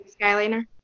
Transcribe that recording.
Skyliner